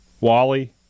Wally